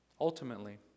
Ultimately